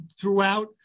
throughout